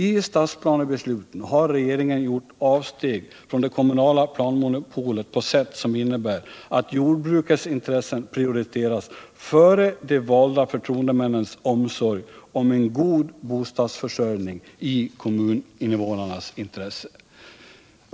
I stadsplanebesluten har regeringen gjort avsteg från det kommunala planmonopolet på sätt som innebär att jordbrukets intressen prioriterats före de valda förtroendemännens omsorg om en god bostadsförsörjning i kommuninvånarnas intresse.